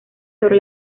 sobre